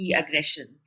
aggression